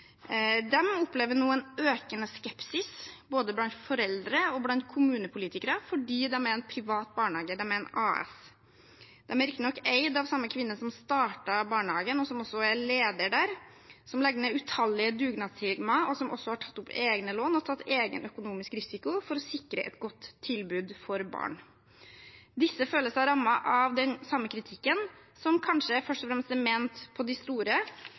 opplever nå en økende skepsis, både blant foreldre og blant kommunepolitikere, fordi de er en privat barnehage, de er et AS. De er riktignok eid av samme kvinne som startet barnehagen, som også er leder der, som legger ned utallige dugnadstimer, og som også har tatt opp egne lån og tatt egen økonomisk risiko for å sikre et godt tilbud for barn. Disse føler seg rammet av den samme kritikken som kanskje først og fremst er ment å ramme de store,